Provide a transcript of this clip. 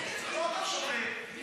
באמת, זה אותם שוטרים שאתה מדבר עליהם.